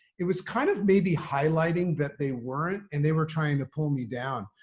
it was kind of maybe highlighting that they weren't and they were trying to pull me down.